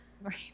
Right